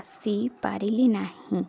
ଆସିପାରିଲି ନାହିଁ